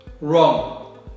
Wrong